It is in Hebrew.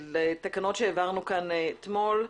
לתקנות שהעברנו כאן אתמול,